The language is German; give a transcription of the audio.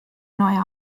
neue